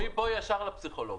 מפה ישר לפסיכולוג.